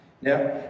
Now